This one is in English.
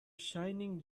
shining